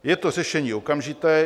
Je to řešení okamžité.